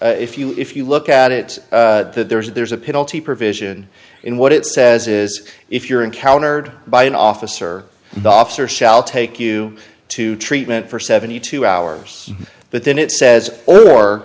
or if you if you look at it that there's a penalty provision in what it says is if you're encountered by an officer the officer shall take you to treatment for seventy two hours but then it says